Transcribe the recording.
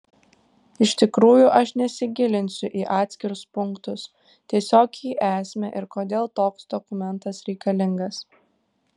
iš tikrųjų aš nesigilinsiu į atskirus punktus tiesiog į esmę ir kodėl toks dokumentas reikalingas